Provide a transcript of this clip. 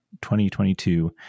2022